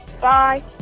Bye